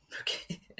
Okay